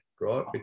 right